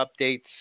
updates